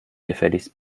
gefälligst